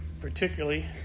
particularly